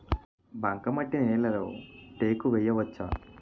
బంకమట్టి నేలలో టేకు వేయవచ్చా?